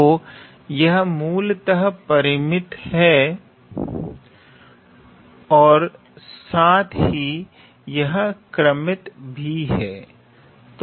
तो यह मूलतः परिमित है और साथ ही यह क्रमित भी है